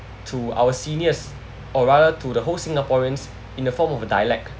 to our seniors or rather to the whole singaporeans in the form of a dialect